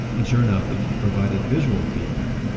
and sure enough, if you provided visual feedback,